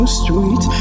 sweet